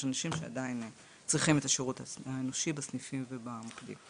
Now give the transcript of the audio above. יש אנשים שעדיין צריכים את השירות האנושי בסניפים ובמוקדים.